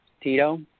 Tito